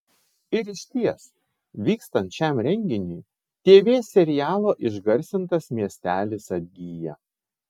ir išties vykstant šiam renginiui tv serialo išgarsintas miestelis atgyja